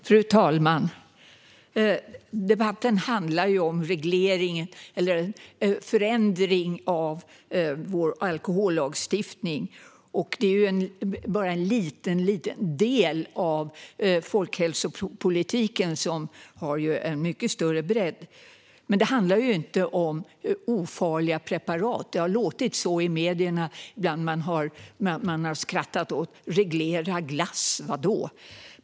Fru talman! Debatten handlar om reglering eller förändring av vår alkohollagstiftning. Detta är bara en liten del av folkhälsopolitiken, som ju har en mycket större bredd. Det handlar inte om ofarliga preparat. Det har låtit så i medierna ibland när man har skrattat och sagt: Reglera glass - vad då!